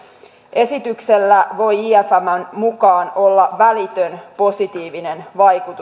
esityksellä voi imfn mukaan olla välitön positiivinen vaikutus